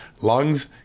lungs